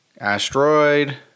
asteroid